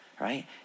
right